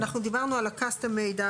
אנחנו דיברנו על הCUSTOM-MADE,